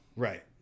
right